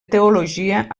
teologia